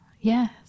Yes